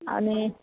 अनि